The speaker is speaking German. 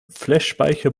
flashspeicher